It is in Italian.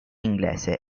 inglese